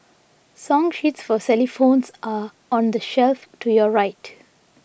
song sheets for Xylophones are on the shelf to your right